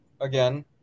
again